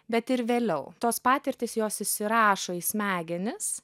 bet ir vėliau tos patirtys jos įsirašo į smegenis